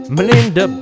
Melinda